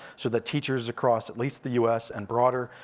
so that teachers across, at least the u s, and broader,